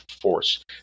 force